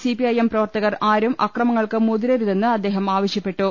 CPIM പ്രവർത്തകർ ആരും അക്രമങ്ങൾക്ക് മുതിരരുതെന്ന് അദ്ദേഹം ആവശ്യപ്പെട്ടു